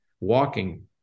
walking